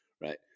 right